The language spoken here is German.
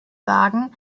sagen